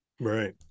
right